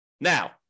Now